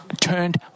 turned